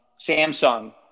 Samsung